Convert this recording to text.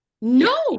no